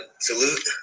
Salute